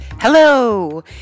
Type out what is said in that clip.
Hello